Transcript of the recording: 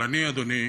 אבל אני, אדוני,